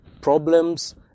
problems